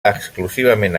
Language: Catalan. exclusivament